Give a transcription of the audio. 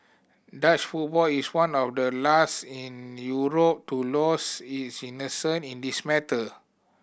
Dutch football is one of the last in Europe to lose its innocence in this matter